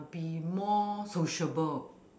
be more sociable